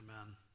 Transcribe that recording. Amen